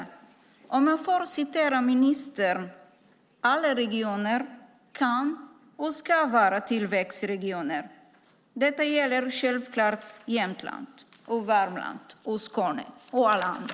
Som ministern säger: Alla regioner kan och ska vara tillväxtregioner. Detta gäller självklart Jämtland - och Värmland, Skåne och alla andra.